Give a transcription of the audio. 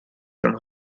from